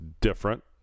different